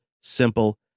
simple